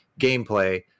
gameplay